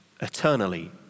eternally